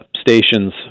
stations